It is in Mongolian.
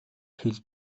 хэл